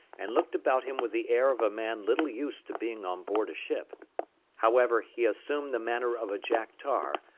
and looked about him with the air of a man little used to being on board a ship however, he assumed the manner of a jack-tar,